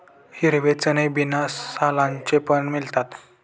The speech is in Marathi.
हिरवे चणे बिना सालांचे पण मिळतात